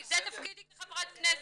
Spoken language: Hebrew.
באמת.